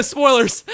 Spoilers